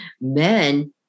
Men